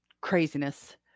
craziness